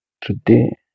today